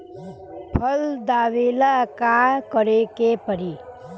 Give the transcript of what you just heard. फसल दावेला का करे के परी?